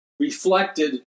reflected